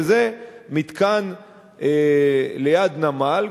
וזה מתקן ליד נמל,